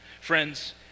Friends